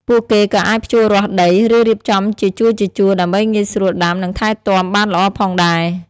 ពួកគេក៏អាចភ្ជួររាស់ដី ឬរៀបចំជាជួរៗដើម្បីងាយស្រួលដាំ និងថែទាំបានល្អផងដែរ។